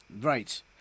Right